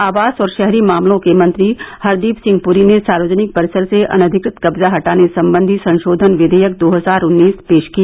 आवास और शहरी मामलों के मंत्री हरदीप सिंह पुरी ने सार्वजनिक परिसर से अनधिकृत कब्जा हटाने संबंधी संशोधन विधेयक दो हजार उन्नीस पेश किया